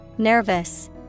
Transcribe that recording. Nervous